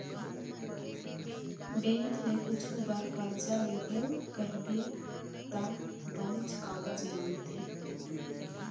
bank ले कुछु बर करजा लेहूँ कहिबे त बनेच कागज मांगथे